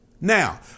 Now